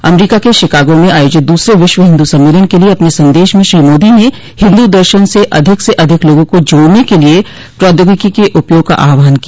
अमरीका के शिकागो में आयोजित दूसरे विश्व हिन्दू सम्मेलन के लिए अपने संदेश म श्री मोदी ने हिन्दू दर्शन से अधिक से अधिक लोगों को जोड़ने के लिए प्रौद्योगिकी के उपयोग का आहवान किया